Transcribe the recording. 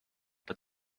that